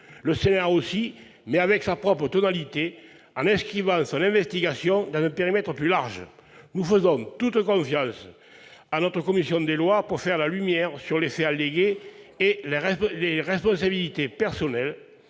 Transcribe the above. Le Sénat aussi, mais avec sa propre tonalité, en inscrivant son investigation dans un périmètre plus large. Nous faisons toute confiance à notre commission des lois pour faire la lumière sur les faits allégués et les responsabilités personnelles,